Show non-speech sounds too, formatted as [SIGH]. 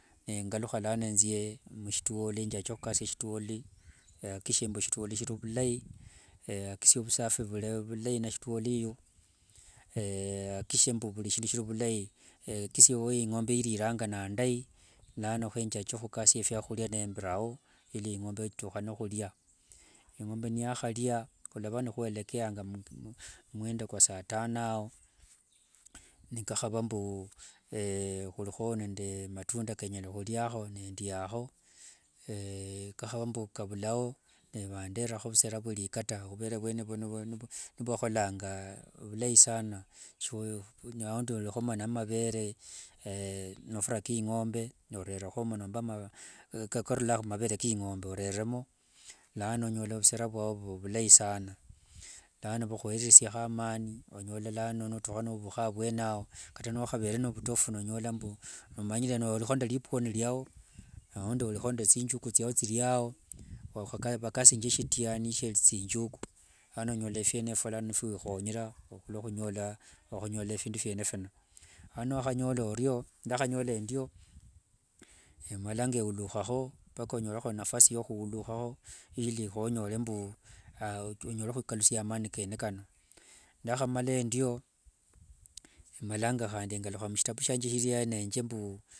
Nengalukha lano nzie mushitwoli, njake khukatsia shitwoli, yakikishie mbu shitwoli shiri vulai, yakikishie vusafi vuri vulai vureka na shitwoli eyo [HESITATION] yakikishie mbu vurishindu shiri ovulai, yakikishie we ingombe iriranga nandai lano henjache khukatsia fyokhuria nembira ao ili ingombe itukhane khuria, ingombe niyakhamala khuria, ingombe niyakharia khukhava nikhwekekeyanga mumwendo kwa saa tano ao, nikakhava mbu [HESITATION] khurikho nde matunda akenyala khuriakho nendiakho, khandi nikakhava mbu kavulao nivandererakho vusera vuria kata, khuvera vwene ovo nivwekholanga ovulai sana sho aundi orikhomo ngamavere [HESITATION] mafura keingombe orerekhomo nomba, nomba karulanga mumavere keingombe oreremo, lano onyola vusera vwao vuva vulai sanaa, lano vukhweresiakho amani, onyola lano notukha novukha avuene ao kata nokhavere novutiphu nonyola mbu omanyire orikho nde ripuoni riao, aundi orikho nde thinjugu thiao thiriao vakasingia shitianyi shie thinjugu lano onyola phiene epho phia wikhonyere, khuluokhonyola phindu phiene phino, lano nokhanyola oryo ndakhanyola endio, emalanga eulukhakho mpaka onyole kho nafasi yao yokhulukhakho, ili khonyole mbu onyole akhukalusia amani kene kano, ndakhamala endio, emalanga ngalukha mushitavu shiange shiria nenje mbu.